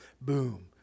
Boom